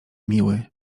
miły